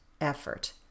effort